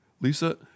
Lisa